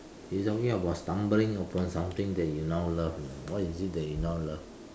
you talking about stumbling upon something that you now love you know what is it that you now love